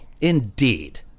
Indeed